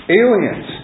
aliens